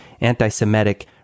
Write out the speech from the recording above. anti-Semitic